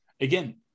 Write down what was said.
Again